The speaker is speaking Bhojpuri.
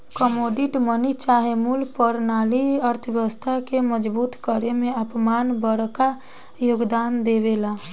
कमोडिटी मनी चाहे मूल परनाली अर्थव्यवस्था के मजबूत करे में आपन बड़का योगदान देवेला